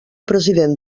president